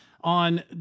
on